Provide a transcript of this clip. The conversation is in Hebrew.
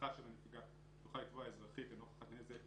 שמשפחה של הנפגע תוכל לתבוע אזרחית את המפיץ לנוכח הנזק,